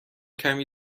کمی